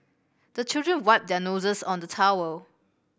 the children wipe their noses on the towel